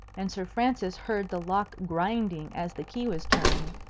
and sir francis heard the lock grinding as the key was turned.